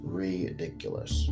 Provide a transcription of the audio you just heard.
ridiculous